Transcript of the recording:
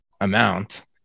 amount